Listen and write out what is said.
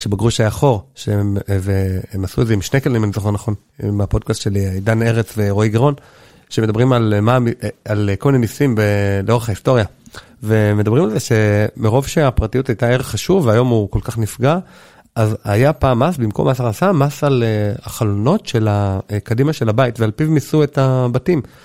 ״כשבגרוש היה חור״, שהם עשו את זה עם שני כללים, אם אני זוכר נכון, מהפודקאסט של עידן ארץ ורועי גרון, שמדברים על כל מיני מיסים לאורך ההיסטוריה. ומדברים על זה שמרוב שהפרטיות הייתה ערך חשוב והיום הוא כל כך נפגע, אז היה פעם מס, במקום מס הכנסה, מס על החלונות של הקדימה של הבית, ועל פיו מיסו את הבתים.